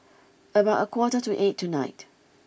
about a quarter to eight tonight